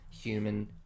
human